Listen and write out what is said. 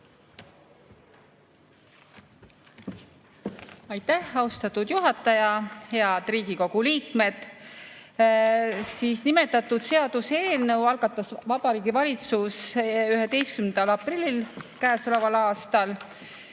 Aitäh, austatud juhataja! Head Riigikogu liikmed! Nimetatud seaduseelnõu algatas Vabariigi Valitsus 11. aprillil käesoleval aastal.